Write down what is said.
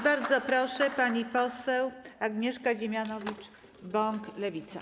Bardzo proszę, pani poseł Agnieszka Dziemianowicz-Bąk, Lewica.